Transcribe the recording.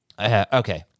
Okay